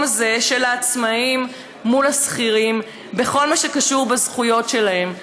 הזה של העצמאים מול השכירים בכל מה שקשור בזכויות שלהם.